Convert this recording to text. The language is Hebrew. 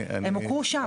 הם הוכרו שם.